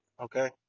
okay